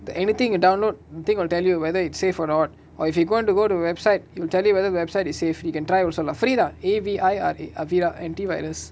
the anything you download the thing will tell you whether it's safe or not or if you're going to go the website it'll tell you whether website is safe you can try also lah frida A_V_I_R_A avira anti-virus